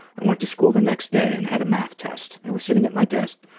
i went to school the next day and had a math test. i was sitting at my desk,